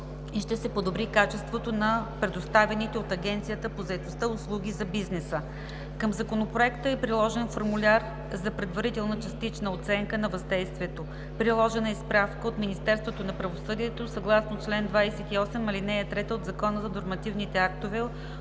и ще се подобри качеството на предоставяните от Агенцията по заетостта услуги за бизнеса. Към Законопроекта е приложен формуляр за предварителна частична оценка на въздействието. Приложена е и справка от Министерството на правосъдието, съгласно чл. 28, ал. 3 от Закона за нормативните актове,